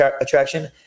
attraction